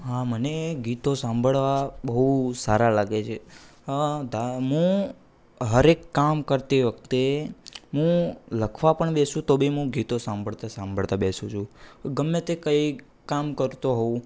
હા મને ગીતો સાંભળવા બહુ સારા લાગે છે મું હરેક કામ કરતી વખતે હું લખવા પણ બેસું તો બી મું ગીતો સાંભળતાં સાંભળતાં બેસું છું ગમે તે કંઈક કામ કરતો હોઉ